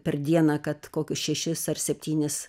per dieną kad kokius šešis ar septynis